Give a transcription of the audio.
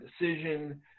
decision